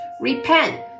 repent